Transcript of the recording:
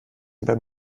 beim